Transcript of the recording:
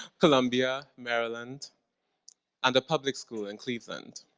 columbia, maryland and the public school in cleveland.